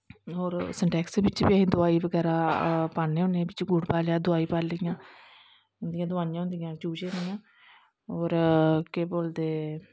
और सिटैक्स बिच्च बी अस दवाई बगैरा पान्ने होन्ने गुड़ पाई लेआ दवाईं पाई लेईयां उंदियां दवाईयां होंदियां चूचें दियां होर केह् बोलदे